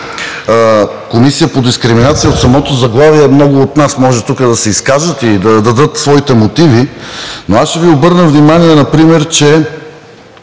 Комисията по дискриминация от самото заглавие, много от нас тук може да се изкажат и да дадат своите мотиви, но ще Ви обърна внимание, например, че